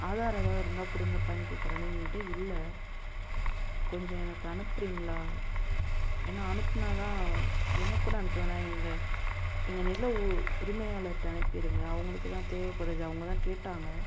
ஆதாரம் எதாவது இருந்தால் கொடுங்கப்பான்னு கேட்குறாங்க எங்ககிட்ட இல்லை கொஞ்சம் எனக்கு அனுப்புறீங்களா ஏன்னா அனுப்புனா தான் எனக்கு கூட அனுப்ப வேணாம் எங்க எங்கள் நில உ உரிமையாளர்கிட்ட அனுப்பிருங்க அவங்களுக்குதான் தேவைப்படுது அவங்கதான் கேட்டாங்க